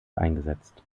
eingesetzt